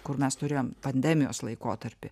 kur mes turėjom pandemijos laikotarpį